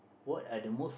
what are the most